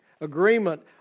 agreement